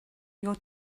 your